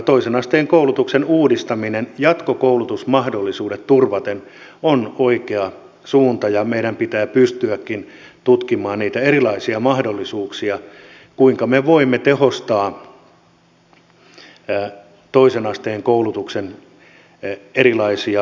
toisen asteen koulutuksen uudistaminen jatkokoulutusmahdollisuudet turvaten on oikea suunta ja meidän pitää pystyäkin tutkimaan niitä erilaisia mahdollisuuksia kuinka me voimme tehostaa toisen asteen koulutuksen erilaisia menetelmiä